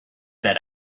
that